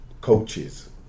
coaches